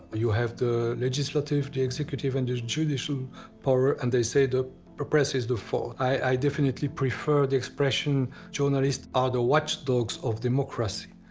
you have the legislative, the executive and the judicial power and they say the press is the fourth. i definitely prefer the expression journalists are the watchdogs of democracy.